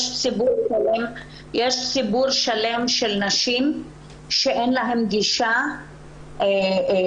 יש ציבור שלם של נשים שאין להן גישה לאינטרנט,